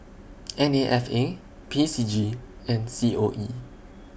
N A F A P C G and C O E